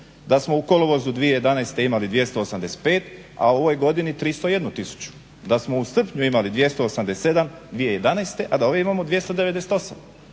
da smo u kolovozu 2011. imali 285, a u ovoj godini 301 tisuću. Da smo u srpnju imali 287 2011., a da ove imamo 298.